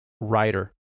writer